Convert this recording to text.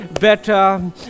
better